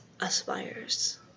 aspires